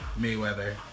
Mayweather